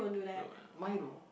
don't want why though